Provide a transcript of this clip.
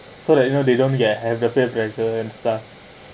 so that you know they don't get have a fierce character and stuff